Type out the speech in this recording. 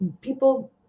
people